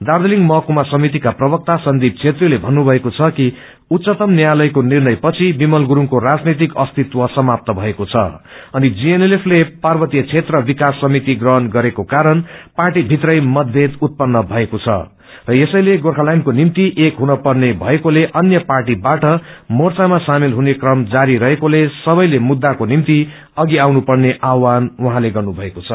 दार्जीलिङ महकुमा समितिका प्रवक्ता सन्दीप छेत्रीले भन्नुभएको छ कि उच्चतम न्यायालयको फैसलापछि विमल गरूङको राजनैतिक अस्तित्व समाप्त भएको द अनि जीएनएलएफ ले पार्वतीय क्षेत्र विकास समिति ग्रहण गरेको कारण पार्टीभित्रै मतभेद सृष्टि भएको र गोर्खाल्सण्डको निभ्ति एक हुन पर्ने कारणले अन्य पार्टीबाट मोर्चामा सामेल हुने क्रम जारी रहेकोले सबैले मुद्दाको निम्ति अघि आउन पर्ने आव्हान उहाँले गर्नु भएको छ